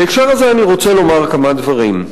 בהקשר הזה אני רוצה לומר כמה דברים.